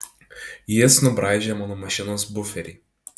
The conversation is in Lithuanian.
jis nubraižė mano mašinos buferį